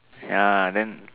ya then